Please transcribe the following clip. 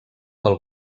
pel